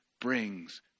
brings